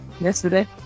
yesterday